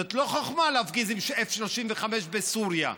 זה לא חוכמה להפגיז עם 35-F בסוריה,